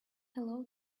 hello